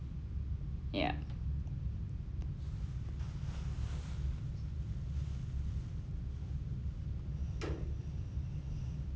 ya